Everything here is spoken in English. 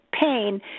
pain